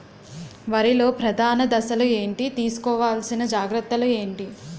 వరిలో ప్రధాన దశలు ఏంటి? తీసుకోవాల్సిన జాగ్రత్తలు ఏంటి?